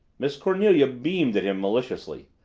miss cornelia beamed at him maliciously.